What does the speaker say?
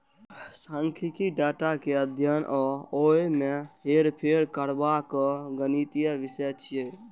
सांख्यिकी डेटा के अध्ययन आ ओय मे हेरफेर करबाक गणितीय विषय छियै